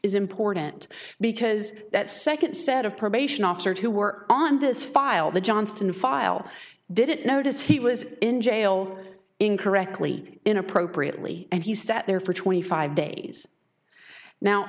is important because that second set of probation officers who were on this file the johnston file didn't notice he was in jail in correctly in appropriately and he sat there for twenty five days now